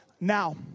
now